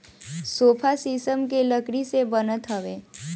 sofa शीशम के लकड़ी से बनत हवे